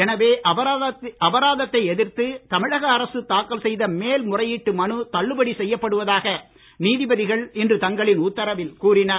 எனவே அபராதத்தை எதிர்த்து தமிழக அரசு தாக்கல் செய்த மேல் முறையீட்டு மனு தள்ளுபடி செய்யப்படுவதாக நீதிபதிகள் இன்று தங்களின் உத்தரவில் கூறினர்